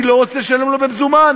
אני לא רוצה לשלם לו במזומן,